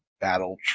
Battle